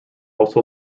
also